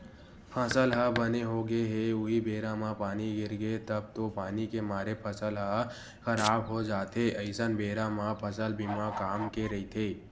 फसल ह बने होगे हे उहीं बेरा म पानी गिरगे तब तो पानी के मारे फसल ह खराब हो जाथे अइसन बेरा म फसल बीमा काम के रहिथे